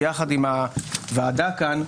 ביחד עם הוועדה כאן,